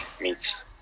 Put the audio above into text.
meets